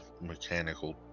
mechanical